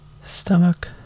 stomach